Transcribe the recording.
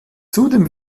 zudem